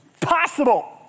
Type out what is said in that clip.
possible